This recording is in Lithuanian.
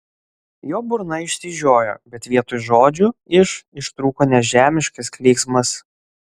jo burna išsižiojo bet vietoj žodžių iš ištrūko nežemiškas klyksmas